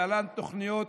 להלן התוכניות